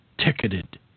ticketed